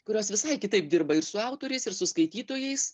kurios visai kitaip dirba ir su autoriais ir su skaitytojais